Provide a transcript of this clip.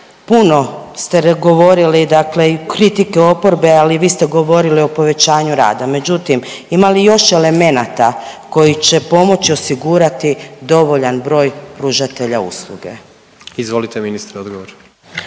puno ste govorili, dakle i kritike oporbe, ali vi se govorili o povećanju rada. Međutim, ima li još elemenata koji će pomoći osigurati dovoljan broj pružatelja usluge. **Jandroković,